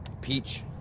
Peach